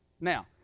Now